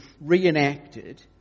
reenacted